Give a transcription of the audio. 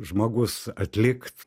žmogus atlikt